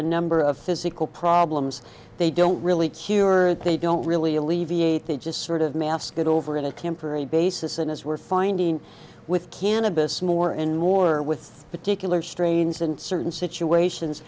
a number of physical problems they don't really cure they don't really alleviate they just sort of mask it over in a temporary basis and as we're finding with cannabis more in war with particular strains in certain situations